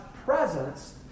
Presence